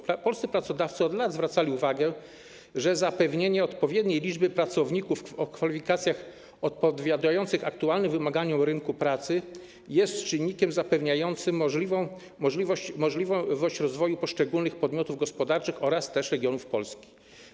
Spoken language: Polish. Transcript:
Polscy pracodawcy od lat zwracali uwagę na to, że zapewnienie odpowiedniej liczby pracowników o kwalifikacjach odpowiadających aktualnym wymaganiom rynku pracy jest czynnikiem zapewniającym możliwość rozwoju poszczególnych podmiotów gospodarczych oraz regionów Polski.